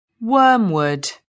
Wormwood